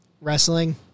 wrestling